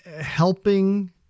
helping